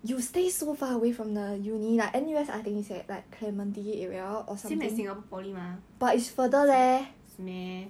same as singapore poly mah 是 meh